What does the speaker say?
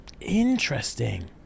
Interesting